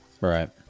right